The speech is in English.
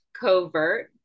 covert